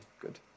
good